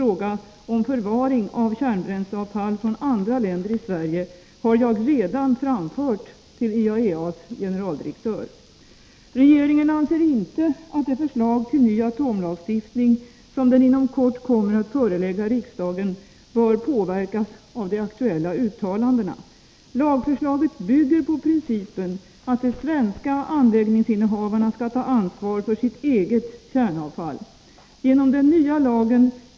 Konkurrenter, som inte haft samma skyddsnät, har drabbats på ett otillbörligt sätt av denna osunda statsföretagspolitik. Tillvägagångssättet är förödande för småföretagen och motverkar det för oss nödvändiga nyföretagandet. Vilka åtgärder mot företaget anser ni vara nödvändiga?